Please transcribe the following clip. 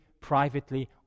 privately